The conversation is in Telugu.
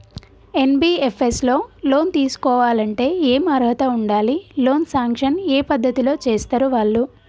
ఎన్.బి.ఎఫ్.ఎస్ లో లోన్ తీస్కోవాలంటే ఏం అర్హత ఉండాలి? లోన్ సాంక్షన్ ఏ పద్ధతి లో చేస్తరు వాళ్లు?